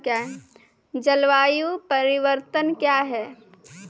जलवायु परिवर्तन कया हैं?